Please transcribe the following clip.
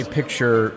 picture